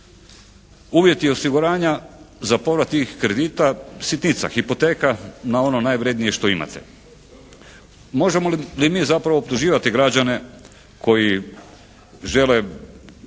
Uvjeti osiguranja za povrat tih kredita. Sitnica. Hipoteka na ono najvrednije što imate. Možemo li mi zapravo optuživati građane koji žele